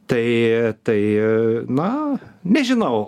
tai tai na nežinau